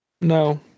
No